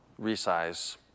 resize